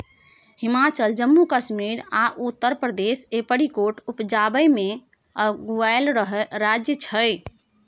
हिमाचल, जम्मू कश्मीर आ उत्तर प्रदेश एपरीकोट उपजाबै मे अगुआएल राज्य छै